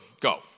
go